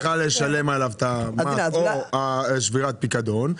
ואת צריכה לשלם עליו מס או שבירת פיקדון.